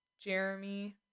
Jeremy